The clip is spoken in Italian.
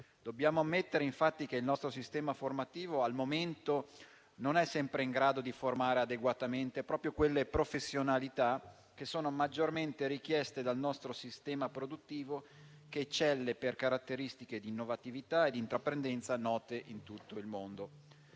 Dobbiamo ammettere infatti che il nostro sistema formativo al momento non è sempre in grado di formare adeguatamente proprio le professionalità maggiormente richieste dal nostro sistema produttivo, che eccelle per caratteristiche di innovatività e intraprendenza note in tutto il mondo.